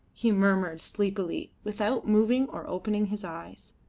he murmured sleepily, without moving or opening his eyes.